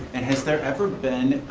and has there ever been.